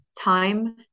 time